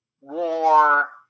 war